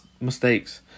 mistakes